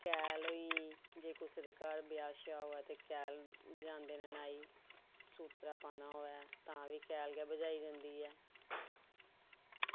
कैह्ल होई जे कुसै दे घर ब्याह् होऐ ते कैह्ल बजांदे न सूत्तरा पाना होऐ तां बी कैह्ल बजाई जंदी ऐ